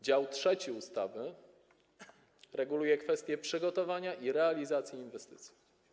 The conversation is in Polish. Dział III ustawy reguluje kwestię przygotowania i realizacji inwestycji.